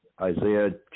Isaiah